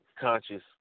conscious